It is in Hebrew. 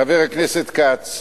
חבר הכנסת כץ,